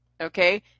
okay